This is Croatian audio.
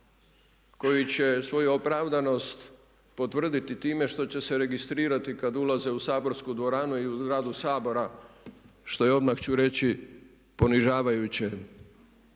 koji će svoju opravdanost potvrditi time što će se registrirati kada ulaze u saborsku dvoranu i u zgradu Sabora što je odmah ću reći ponižavajuće